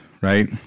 Right